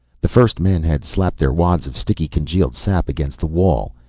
the first men had slapped their wads of sticky congealed sap against the wall.